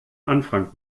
anfang